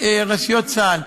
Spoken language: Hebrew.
מרשויות צה"ל.